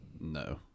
No